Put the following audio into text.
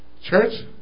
church